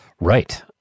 Right